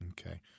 Okay